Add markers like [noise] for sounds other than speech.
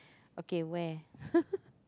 okay where [laughs]